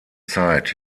zeit